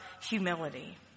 humility